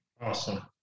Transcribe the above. Awesome